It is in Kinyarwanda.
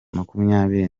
makumyabiri